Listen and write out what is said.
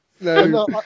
No